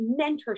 Mentorship